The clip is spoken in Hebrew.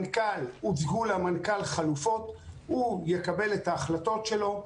הוצגו למנכ"ל חלופות, הוא יקבל את ההחלטות שלו.